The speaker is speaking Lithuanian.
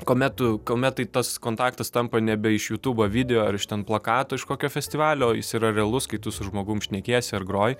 kuomet tu kuomet tai tas kontaktas tampa nebe iš jutubo video ar iš ten plakato iš kokio festivalio o jis yra realus kai tu su žmogum šnekiesi ar groji